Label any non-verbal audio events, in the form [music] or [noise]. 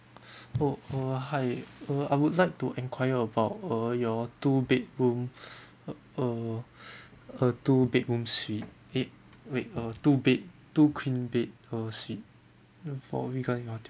[breath] oh uh hi uh I would like to enquire about uh your two bedroom [breath] err [breath] a two bedroom suite eh wait uh two bed two queen bed uh suite uh for